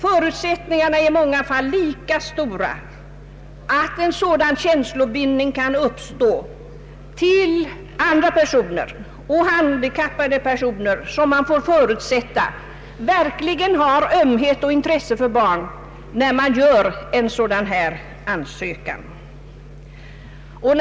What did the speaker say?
Förutsättningarna är i många fall lika stora att en sådan känslobindning kan uppstå till andra personer och till handikappade personer, som man får förutsätta verkligen har ömhet och intresse för barn när de gör en ansökan av detta slag.